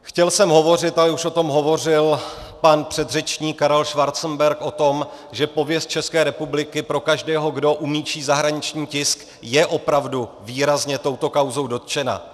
Chtěl jsem hovořit, ale už o tom hovořil pan předřečník Karel Schwarzenberg, o tom, že pověst České republiky pro každého, kdo umí číst zahraniční tisk, je opravdu výrazně touto kauzou dotčena.